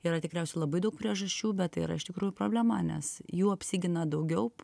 yra tikriausiai labai daug priežasčių bet tai yra iš tikrųjų problema nes jų apsigina daugiau